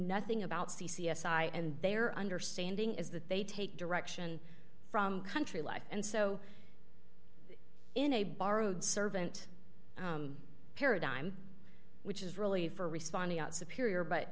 nothing about c c s i and their understanding is that they take direction from country life and so in a borrowed servant paradigm which is really for responding out superior but